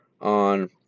on